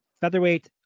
featherweight